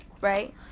Right